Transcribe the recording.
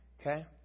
Okay